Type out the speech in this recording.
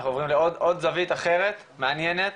אנחנו עוברים לעוד זווית אחרת, מעניינת.